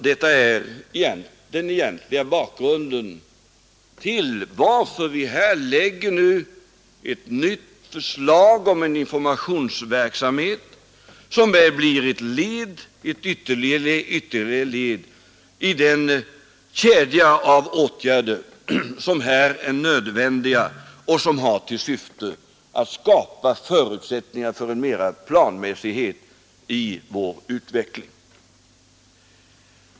Detta är den egentliga bakgrunden till att vi här lägger fram ett nytt förslag om en informationsverksamhet som väl blir ett ytterligare led i den kedja av åtgärder som är nödvändiga och som har till syfte att skapa förutsättningar för en större planmässighet i vår utveckling.